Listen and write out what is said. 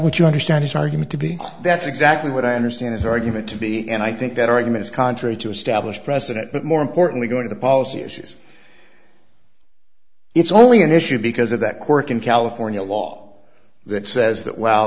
what you understand his argument to be that's exactly what i understand his argument to be and i think that argument is contrary to established precedent but more importantly going to the policy is it's only an issue because of that quirk in california law that says